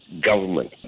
government